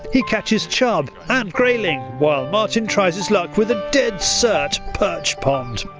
he catches chub and grayling while martin tries his luck with a dead cert perch pond.